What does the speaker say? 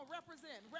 represent